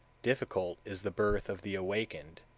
difficult is the birth of the awakened